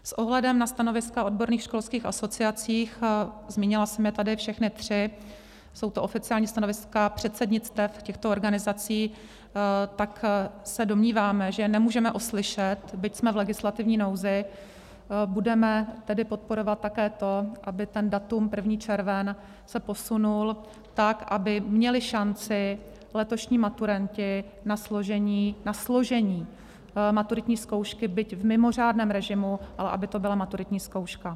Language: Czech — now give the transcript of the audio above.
S ohledem na stanoviska odborných školských asociací zmínila jsem je tady všechny tři, jsou to oficiální stanoviska předsednictev těchto organizací se domníváme, že nemůžeme oslyšet, byť jsme v legislativní nouzi, budeme tedy podporovat také to, aby datum 1. červen se posunulo tak, aby měli šanci letošní maturanti na složení maturitní zkoušky, byť v mimořádném režimu, ale aby to byla maturitní zkouška.